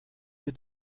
hier